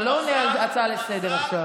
אתה לא עונה על הצעה לסדר-היום עכשיו.